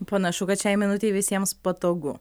panašu kad šiai minutei visiems patogu